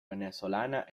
venezolana